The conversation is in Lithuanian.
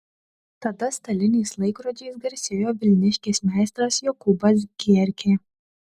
tada staliniais laikrodžiais garsėjo vilniškis meistras jokūbas gierkė